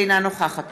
אינה נוכחת